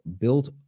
built